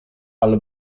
ale